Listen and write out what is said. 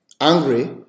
angry